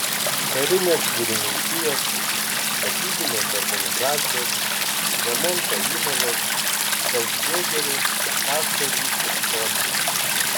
karinės girininkijos statybinės organizacijos remonto įmonės feldjėgerių pašto ryšių stotys